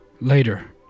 later